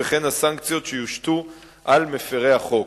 וכן הסנקציות שיושתו על מפירי החוק.